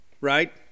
right